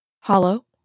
Hollow